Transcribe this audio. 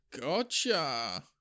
Gotcha